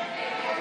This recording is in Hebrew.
בעד,